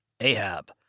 Ahab